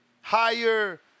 higher